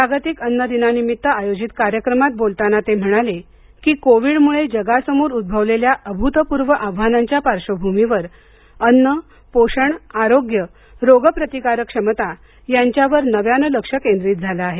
जागतिक अन्न दिनानिमित्त आयोजित कार्यक्रमात बोलताना ते म्हणाले की कोविडमुळे जगासमोर उद्गवलेल्या अभूतपूर्व आव्हानांच्या पार्श्वभूमीवर अन्न पोषण आरोग्य रोग प्रतिकार क्षमता यांच्यावर नव्यानं लक्ष केंद्रित झालं आहे